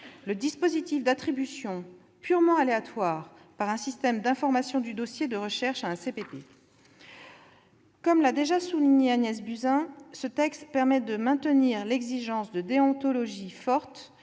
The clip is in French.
le dispositif d'attribution purement aléatoire par un système d'information du dossier de recherche à un CPP. Comme l'a déjà souligné Agnès Buzyn, ce texte permet de maintenir l'exigence de déontologie forte